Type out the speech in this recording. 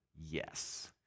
Yes